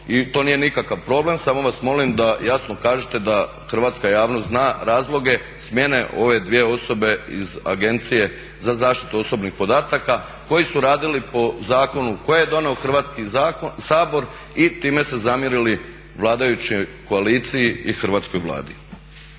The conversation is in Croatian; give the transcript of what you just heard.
i to nije nikakav problem samo vas molim da jasno kažete da hrvatska javnost zna razloge smjene ove dvije osobe iz Agencije za zaštitu osobnih podataka koji su radili po zakonu koji je donio Hrvatski sabor i time se zamjerili vladajućoj koaliciji i Hrvatskoj vladi.